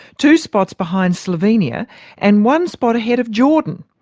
two spots behind slovenia and one spot ahead of jordan.